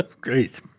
Great